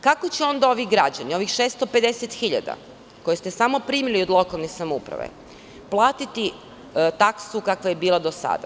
Kako će onda ovi građani, ovih 650.000 koje ste samo primili od lokalnih samouprava, platiti taksu kakva je bila do sada?